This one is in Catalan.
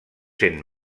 cent